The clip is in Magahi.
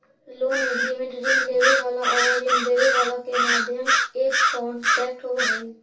लोन एग्रीमेंट ऋण लेवे वाला आउर ऋण देवे वाला के मध्य एक कॉन्ट्रैक्ट होवे हई